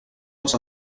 els